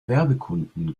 werbekunden